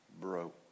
broke